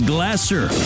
Glasser